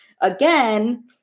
again